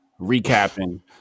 recapping